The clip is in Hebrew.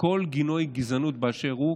כל גילוי גזענות באשר הוא,